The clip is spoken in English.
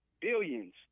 billions